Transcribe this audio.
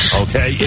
okay